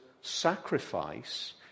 sacrifice